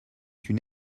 une